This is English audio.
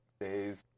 days